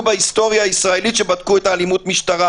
בהיסטוריה הישראלית שבדקו את אלימות המשטרה